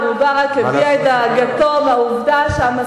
גם מובארק הביע את דעתו שהמשא-ומתן,